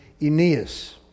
Aeneas